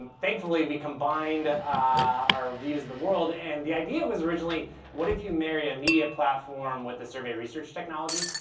thankfully, we combined our views of the world and the idea was originally what if you marry a media platform with the survey research technology.